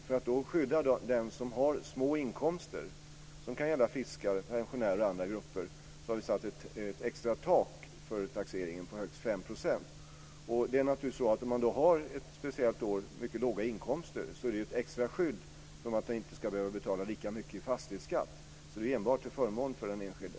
För att då skydda den som har små inkomster - det kan gälla fiskare, pensionärer och andra grupper - har vi satt ett extra tak för taxeringen på högst 5 %. Om man då ett speciellt år har mycket låga inkomster så är det naturligtvis ett extra skydd så att man inte behöver betala lika mycket i fastighetsskatt. Det är alltså enbart till förmån för den enskilde.